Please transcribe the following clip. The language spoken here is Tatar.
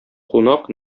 кунак